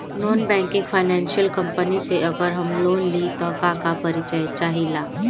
Non banking financial company से अगर हम लोन लि त का का परिचय चाहे ला?